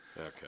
Okay